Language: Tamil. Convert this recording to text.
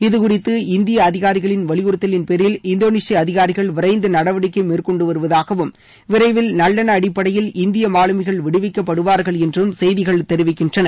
இதுகுறித்து இந்திய அதிகாரிகளின் வலிபுறுத்தலின்பேரில் இந்தோனேஷிய அதிகாரிகள் விரைந்து நடவடிக்கை மேற்கொண்டு வருவதாகவும் விரைவில் நல்லெண்ண அடிப்படையில் இந்திய மாலுமிகள் விடுவிக்கப்படுவார்கள் என்றும் செய்திகள் தெரிவிக்கின்றன